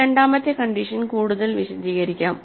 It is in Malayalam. ഈ രണ്ടാമത്തെ കണ്ടീഷൻ കൂടുതൽ വിശദീകരിക്കാം